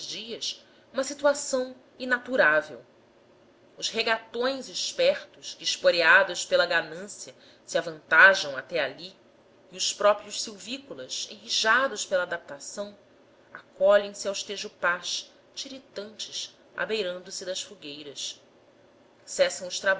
dias uma situação inaturável os regatões espertos que esporeados pela ganância se avantajam até ali e os próprios silvícolas enrijados pela adaptação acolhem se aos tijupás tiritantes abeirando se das fogueiras cessam